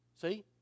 See